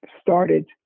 started